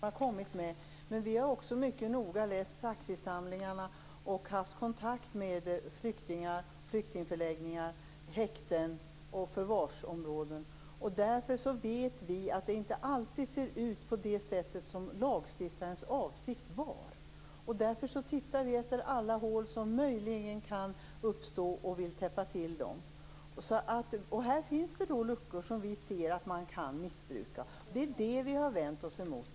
Fru talman! Vi har inte alltid tyckt att det har varit dåliga förslag som man har kommit med, men vi har också mycket noga läst praxissamlingarna och haft kontakt med flyktingar, flyktingförläggningar, häkten och förvarsområden. Därför vet vi att det inte alltid ser ut på det sätt som var lagstiftarens avsikt. Därför tittar vi efter alla hål som kan uppstå, och vi vill täppa till dem. Här finns det luckor som vi ser att man kan missbruka. Det är det vi har vänt oss emot.